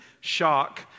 shock